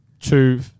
two